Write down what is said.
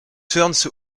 turns